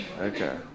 Okay